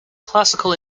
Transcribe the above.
classical